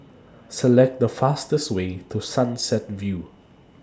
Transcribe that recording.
Select The fastest Way to Sunset View